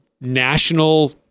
national